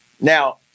now